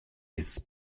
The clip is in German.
dieses